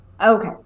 Okay